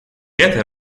это